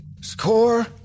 Score